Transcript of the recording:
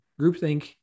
Groupthink